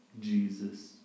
Jesus